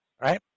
Right